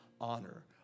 honor